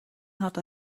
hat